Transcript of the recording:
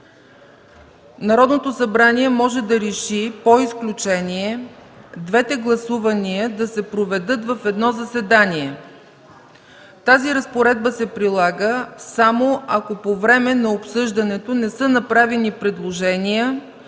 Народното събрание може да реши по изключение двете гласувания да се проведат в едно заседание. Тази разпоредба се прилага, само ако по време на обсъждането не са направени предложения